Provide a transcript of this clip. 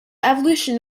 evolution